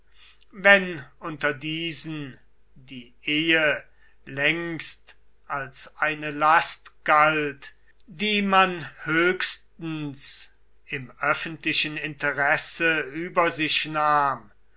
wenn unter diesen die ehe längst als eine last galt die man höchstens im öffentlichen interesse über sich nahm